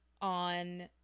on